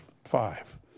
Five